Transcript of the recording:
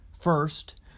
First